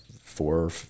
four